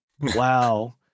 wow